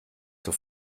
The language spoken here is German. zur